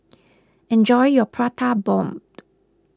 enjoy your Prata Bomb